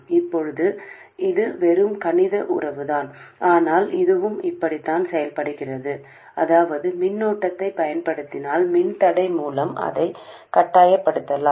இப்போது இது வெறும் கணித உறவுதான் ஆனால் இதுவும் இப்படித்தான் செயல்படுகிறது அதாவது மின்னோட்டத்தைப் பயன்படுத்தினால் மின்தடை மூலம் அதை கட்டாயப்படுத்தலாம்